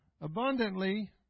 abundantly